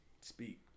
speak